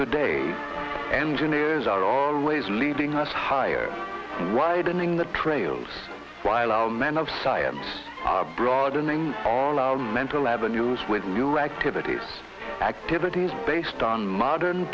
today engineers are always leading us higher riding the trails while men of science broadening all our mental avenues with new activities activities based on modern